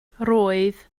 roedd